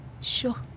sure